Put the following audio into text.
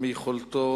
מיכולתו